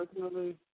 personally